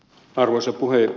arvoisa puhemies